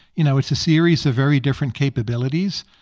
you know, it's a series of very different capabilities.